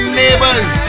neighbors